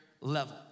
level